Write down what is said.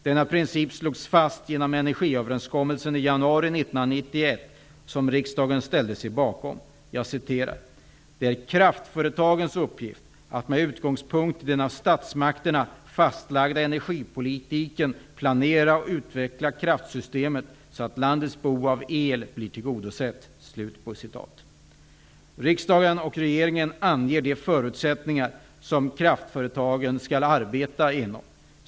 Denna princip slogs fast genom energiöverenskommelsen i januari 1991, som riksdagen ställde sig bakom. Jag citerar: ''Det är kraftföretagens uppgift att med utgångspunkt i den av statsmakterna fastlagda energipolitiken planera och utveckla kraftsystemet så att landets behov av el blir tillgodosett.'' Riksdagen och regeringen anger de förutsättningar som kraftföretagen skall arbeta inom.